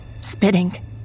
spitting